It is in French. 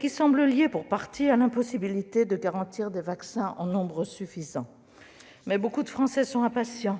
qui semble lié, pour partie, à l'impossibilité de garantir des vaccins en nombre suffisant. Mais alors que beaucoup de Français sont impatients,